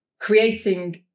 creating